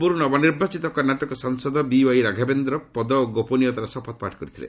ପୂର୍ବରୁ ନବନିର୍ବାଚିତ କର୍ଷାଟକ ସାଂସଦ ବିୱାଇରାଘବେନ୍ଦ୍ର ପଦ ଓ ଗୋପନୀୟତାର ଶପଥପାଠ କରିଥିଲେ